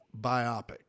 biopic